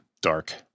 dark